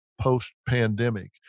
post-pandemic